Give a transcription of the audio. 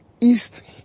east